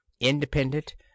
Independent